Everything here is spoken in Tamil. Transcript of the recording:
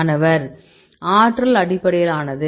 மாணவர் ஆற்றல் அடிப்படையிலானது